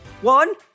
one